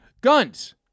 Guns